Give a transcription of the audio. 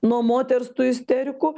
nuo moters tų isterikų